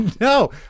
no